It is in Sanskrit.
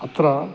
अत्र